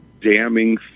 damning